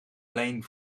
alleen